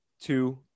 two